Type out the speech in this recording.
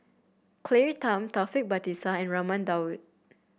Claire Tham Taufik Batisah and Raman Daud